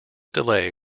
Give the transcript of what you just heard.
delay